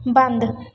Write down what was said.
ਬੰਦ